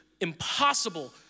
impossible